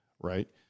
right